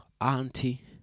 auntie